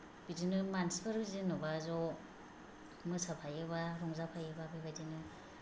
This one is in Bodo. बिदिनो मानसिफोर जेनेबा ज' मोसाफायोबा रंजाफायोबा बेबायदिनो